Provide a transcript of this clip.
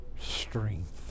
strength